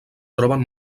troben